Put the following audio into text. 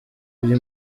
uyu